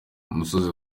umusozi